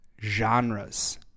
genres